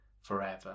forever